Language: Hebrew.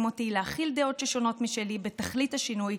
אותי להכיל דעות ששונות משלי בתכלית השינוי,